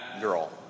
girl